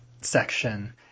section